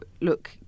look